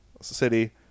City